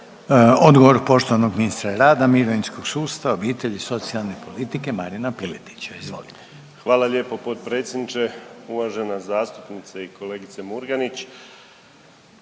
Odgovor poštovanog ministra rada, mirovinskog sustava, obitelji i socijalne politike Marina Piletića. Izvolite. **Piletić, Marin (HDZ)** Hvala lijepo potpredsjedniče, uvažena zastupnice i kolegice Murganić.